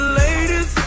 ladies